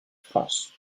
france